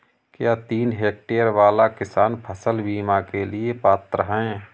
क्या तीन हेक्टेयर वाला किसान फसल बीमा के लिए पात्र हैं?